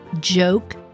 Joke